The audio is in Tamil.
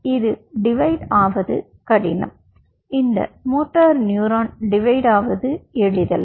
இது டிவைட் ஆவது கடினம் இந்த மோட்டோனியூரான் டிவைட் ஆவது எளிதல்ல